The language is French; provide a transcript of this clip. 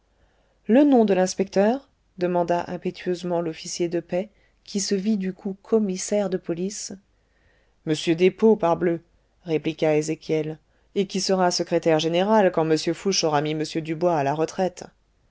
le nom de l'inspecteur demanda impétueusement l'officier de paix qui se vit du coup commissaire de police m despaux parbleu répliqua ezéchiel et qui sera secrétaire général quand m fouché aura mis m dubois à la retraite